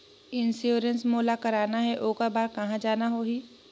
Insurance मोला कराना हे ओकर बार कहा जाना होही?